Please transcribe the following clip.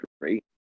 great